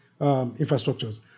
infrastructures